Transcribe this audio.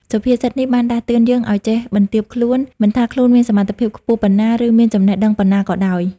សុភាសិតនេះបានដាស់តឿនយើងឱ្យចេះ បន្ទាបខ្លួន មិនថាខ្លួនមានសមត្ថភាពខ្ពស់ប៉ុណ្ណា ឬមានចំណេះដឹងប៉ុន្មានក៏ដោយ។